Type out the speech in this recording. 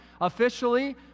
officially